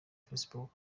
facebook